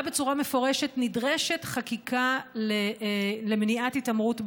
בצורה מפורשת: נדרשת חקיקה למניעת התעמרות בעבודה.